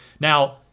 Now